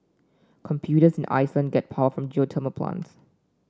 computers in Iceland get power from geothermal plants